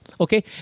Okay